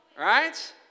Right